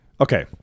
Okay